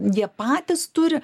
jie patys turi